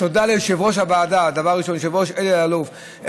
תודה ליושב-ראש הוועדה אלי אלאלוף,